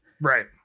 right